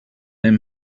him